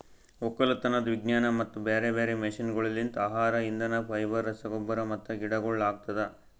ಒಕ್ಕಲತನದ್ ವಿಜ್ಞಾನ ಮತ್ತ ಬ್ಯಾರೆ ಬ್ಯಾರೆ ಮಷೀನಗೊಳ್ಲಿಂತ್ ಆಹಾರ, ಇಂಧನ, ಫೈಬರ್, ರಸಗೊಬ್ಬರ ಮತ್ತ ಗಿಡಗೊಳ್ ಆಗ್ತದ